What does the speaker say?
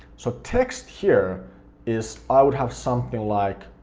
so text here is i would have something like,